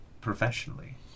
professionally